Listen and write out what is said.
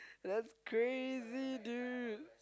that's crazy dude